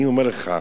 אני אומר לך,